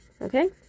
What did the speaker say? Okay